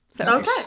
Okay